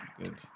Good